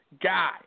guy